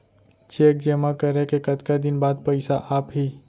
Cheque जेमा करे के कतका दिन बाद पइसा आप ही?